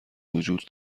وجود